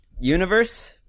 universe